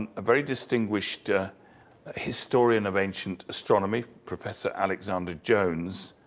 and a very distinguished historian of ancient astronomy, professor alexander jones,